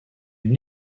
une